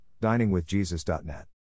DiningWithJesus.net